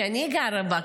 שאני גרה בה,